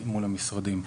מול המשרדים.